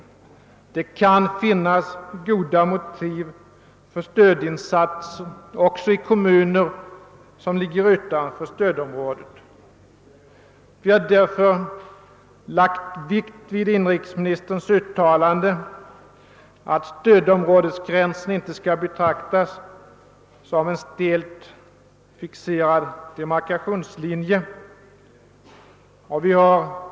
Det kan finnas goda motiv för stödinsatser också i kommuner som ligger utanför stödområdet. Vi har därför lagt vikt vid inrikesministerns uttalande att stödområdesgränsen inte skall betraktas som en stelt fixerad demarkationslinje.